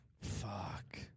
Fuck